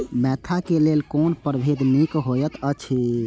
Mentha क लेल कोन परभेद निक होयत अछि?